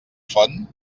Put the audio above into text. font